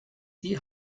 die